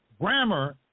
Grammar